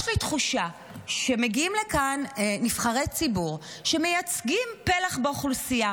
יש לי תחושה שמגיעים לכאן נבחרי ציבור שמייצגים פלח באוכלוסייה.